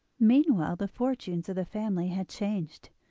meanwhile the fortunes of the family had changed.